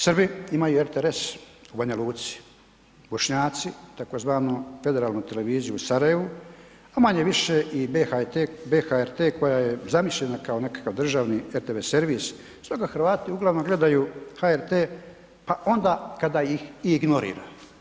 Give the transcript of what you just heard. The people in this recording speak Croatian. Srbi imaju RTS u Banja Luci, Bošnjaci tzv. Federalnu televiziju u Sarajevu, a manje-više BHRT koja je zamišljena kao nekakav državni RTV servis stoga Hrvati uglavnom gledaju HRT pa onda kada ih i ignorira.